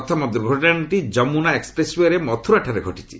ପ୍ରଥମ ଦୁର୍ଘଟଣାଟି ଯମୁନା ଏକ୍କପ୍ରେସଓ୍ବେରେ ମଥୁରଠାରେ ଘଟିଛି